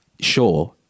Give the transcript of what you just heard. sure